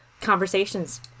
conversations